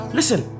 listen